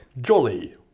Jolly